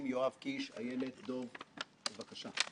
שאני גם מרגיש גאווה גדולה ברגע הזה.